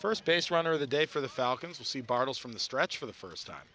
first base runner of the day for the falcons to see bottles from the stretch for the first time